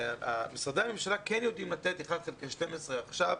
משרדי הממשלה כן יודעים לתת 1 חלקי 12 עכשיו.